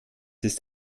ist